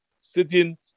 sitting